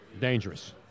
Dangerous